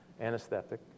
anesthetic